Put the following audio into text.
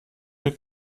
mit